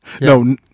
No